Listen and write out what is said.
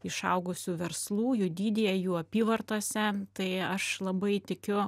išaugusių verslų jų dydyje jų apyvartose tai aš labai tikiu